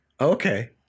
okay